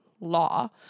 law